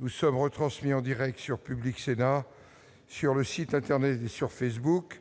nous sommes retransmis en Direct sur Public Sénat sur le site internet sur Facebook,